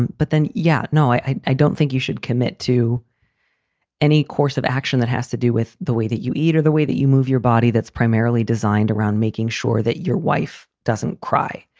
but then. yeah. no, i i don't think you should commit to any course of action that has to do with the way that you eat or the way that you move your body. that's primarily designed around making sure that your wife doesn't cry,